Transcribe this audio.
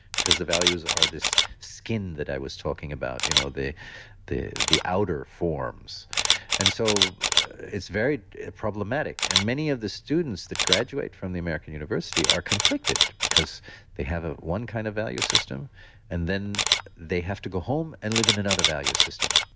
because the values are this skin that i was talking about, you know the the outer forms and so it's very problematic. and many of the students that graduate from the american university are conflicted because they have ah one kind of value system and then they have to go home and live in another value system.